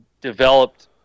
developed